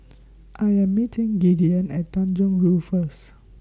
I Am meeting Gideon At Tanjong Rhu First